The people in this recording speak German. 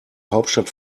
hauptstadt